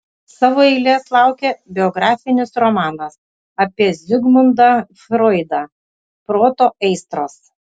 savo eilės laukia biografinis romanas apie zigmundą froidą proto aistros